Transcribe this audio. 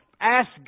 ask